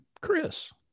Chris